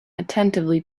attentively